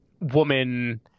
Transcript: woman